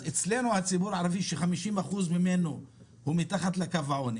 אז אצלנו הציבור הערבי ש-50 אחוז ממנו הוא מתחת לקו העוני